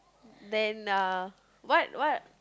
then uh what what